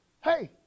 Hey